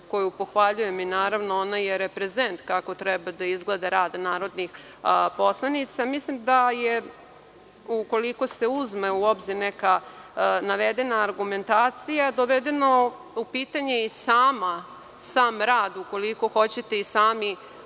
koju pohvaljujem i naravno ona je reprezent kako treba da izgleda rad narodnih poslanica. Mislim da je, ukoliko se uzme u obzir neka navedena argumentacija, doveden u pitanje i sam rad, ukoliko hoćete i sami